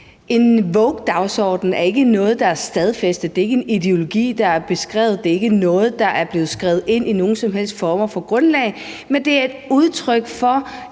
En wokedagsorden er ikke noget, der er stadfæstet. Det er ikke en ideologi, der er beskrevet. Det er ikke noget, der er blevet skrevet ind i nogen som helst form for grundlag, men det er et udtryk for,